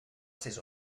ses